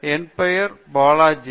எனவே என் பெயர் பாலாஜி